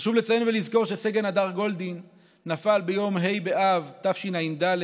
חשוב לציין ולזכור שסגן הדר גולדין נפל ביום ה' באב התשע"ד,